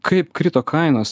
kaip krito kainos